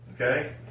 Okay